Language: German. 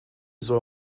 soll